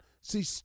See